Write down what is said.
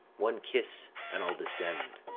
one kiss, and i'll descend.